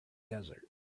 desert